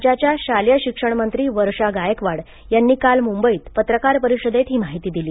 राज्याच्या शालेय शिक्षण मंत्री वर्षा गायकवाड यांनी काल मुंबईत पत्रकार परिषदेत ही माहिती दिली